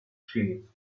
shades